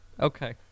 Okay